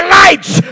lights